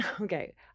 okay